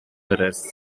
mirrors